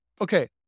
Okay